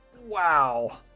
wow